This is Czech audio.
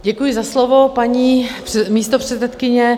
Děkuji za slovo, paní místopředsedkyně.